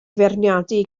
feirniadu